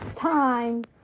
time